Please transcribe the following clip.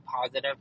positive